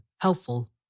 helpful